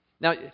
Now